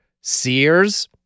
Sears